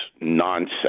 nonsense